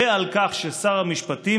ועל כך ששר המשפטים,